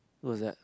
what's that